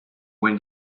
win